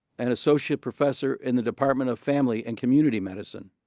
and associate professor in the department of family and community medicine.